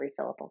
refillable